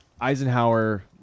Eisenhower